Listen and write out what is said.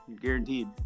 Guaranteed